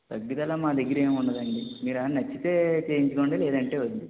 తగ్గుదల మా దగ్గర ఏమి ఉండదు అండి మీరేమైనా నచ్చితే చేయించుకోండి లేదంటే వద్దు